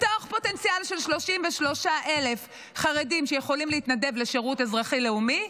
מתוך פוטנציאל של 33,000 חרדים שיכולים להתנדב לשירות אזרחי-לאומי,